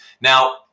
Now